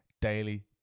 Daily